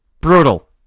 brutal